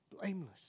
blameless